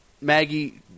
Maggie